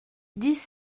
dix